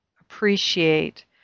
appreciate